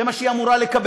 זה מה שהיא אמורה לקבל,